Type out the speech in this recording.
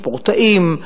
ספורטאים,